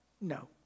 No